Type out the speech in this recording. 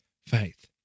faith